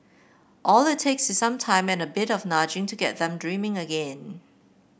all it takes is some time and a bit of nudging to get them dreaming again